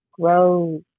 Grows